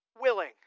willing